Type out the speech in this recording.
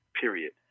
period